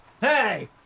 Hey